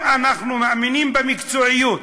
אם אנחנו מאמינים במקצועיות,